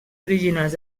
originals